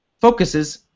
focuses